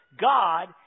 God